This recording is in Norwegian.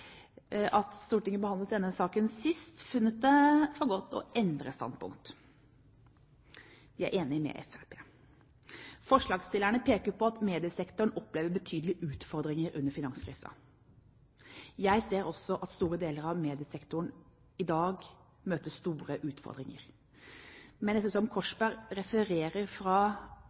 at Stortinget behandlet denne saken sist, funnet det for godt å endre standpunkt. De er enig med Fremskrittspartiet. Forslagsstillerne peker på at mediesektoren opplevde betydelige utfordringer under finanskrisen. Jeg ser også at store deler av mediesektoren i dag møter store utfordringer. Men ettersom Korsberg refererer